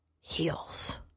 heals